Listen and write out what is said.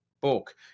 book